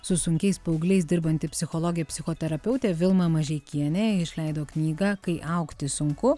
su sunkiais paaugliais dirbanti psichologė psichoterapeutė vilma mažeikienė išleido knygą kai augti sunku